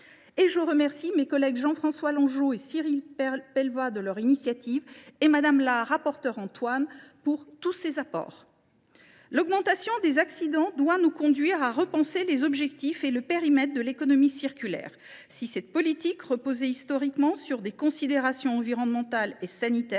je remercie mes collègues Jean François Longeot et Cyril Pellevat de leur initiative. Je veux également remercier Mme la rapporteure, Jocelyne Antoine, pour sa contribution à ce travail. L’augmentation des accidents doit nous conduire à repenser les objectifs et le périmètre de l’économie circulaire. Si cette politique reposait historiquement sur des considérations environnementales et sanitaires,